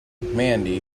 mandy